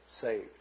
saved